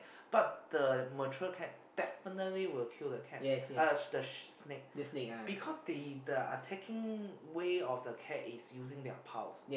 but the mature cat definitely will kill the cat uh the sh~ snake because they the attacking way of the cat is using their paws